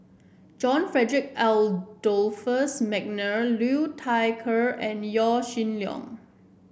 John Frederick Adolphus McNair Liu Thai Ker and Yaw Shin Leong